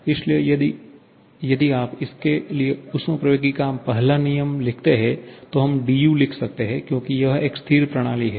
इसलिए अब यदि आप इसके लिए ऊष्मप्रवैगिकी का पहला नियम लिखते हैं तो हम dU लिख सकते हैं क्योंकि यह एक स्थिर प्रणाली है